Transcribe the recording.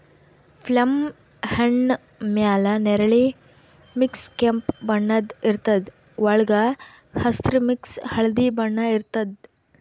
plum ಹಣ್ಣ್ ಮ್ಯಾಲ್ ನೆರಳಿ ಮಿಕ್ಸ್ ಕೆಂಪ್ ಬಣ್ಣದ್ ಇರ್ತದ್ ವಳ್ಗ್ ಹಸ್ರ್ ಮಿಕ್ಸ್ ಹಳ್ದಿ ಬಣ್ಣ ಇರ್ತದ್